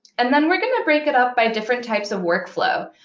and then we're going to break it up by different types of workflow.